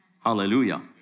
Hallelujah